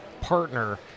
partner